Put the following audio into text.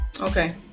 okay